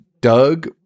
Doug